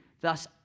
Thus